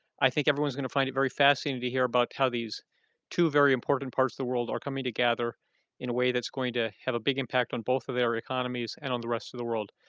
i think everyone's going to find it very fascinating to hear about how these two very important parts of the world are coming together in a way that's going to have a big impact on both of their economies and on the rest of the world.